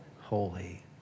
holy